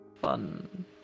Fun